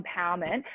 empowerment